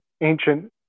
ancient